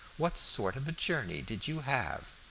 what sort of a journey did you have?